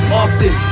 often